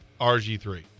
RG3